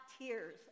tears